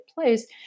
place